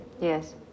Yes